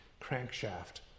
crankshaft